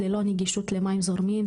ללא נגישות למים זורמים,